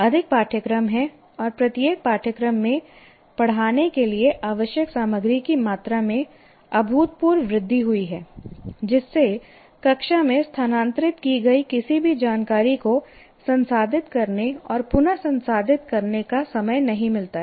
अधिक पाठ्यक्रम हैं और प्रत्येक पाठ्यक्रम में पढ़ाने के लिए आवश्यक सामग्री की मात्रा में अभूतपूर्व वृद्धि हुई है जिससे कक्षा में स्थानांतरित की गई किसी भी जानकारी को संसाधित करने और पुन संसाधित करने का समय नहीं मिलता है